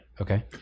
Okay